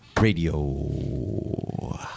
Radio